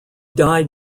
died